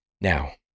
Now